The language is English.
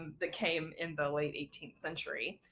um, that came in the late eighteenth century.